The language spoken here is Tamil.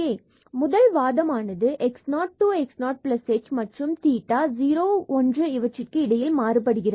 முதல் வாதமானது x0 to x0h மற்றும் theta 0 1 இவற்றுக்கு இடையில் மாறுபடுகிறது